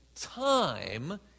time